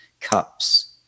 cups